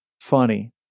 funny